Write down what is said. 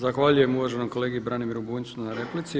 Zahvaljujem uvaženom kolegi Branimiru Bunjcu na replici.